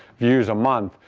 views a month,